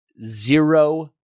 zero